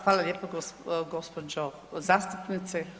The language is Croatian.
Hvala lijepo gospođo zastupnice.